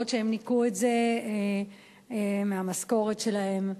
אף-על-פי שהם ניכו את זה מהמשכורת שלהם.